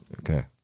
Okay